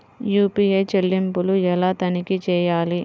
UPI చెల్లింపులు ఎలా తనిఖీ చేయాలి?